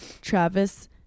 travis